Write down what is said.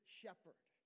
shepherd